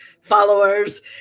followers